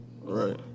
Right